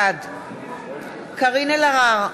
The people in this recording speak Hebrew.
בעד קארין אלהרר,